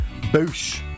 Boosh